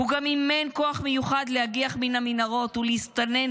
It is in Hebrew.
"הוא גם אימן כוח מיוחד להגיח מן המנהרות ולהסתנן